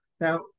Now